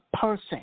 person